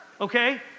okay